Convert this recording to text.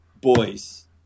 boys